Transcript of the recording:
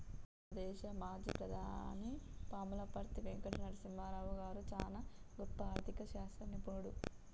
మన దేశ మాజీ ప్రధాని పాములపర్తి వెంకట నరసింహారావు గారు చానా గొప్ప ఆర్ధిక శాస్త్ర నిపుణుడు